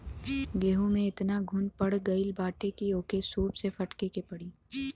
गेंहू में एतना घुन पड़ गईल बाटे की ओके सूप से फटके के पड़ी